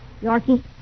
Yorkie